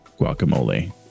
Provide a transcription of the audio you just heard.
guacamole